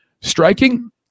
Striking